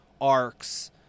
arcs